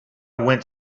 went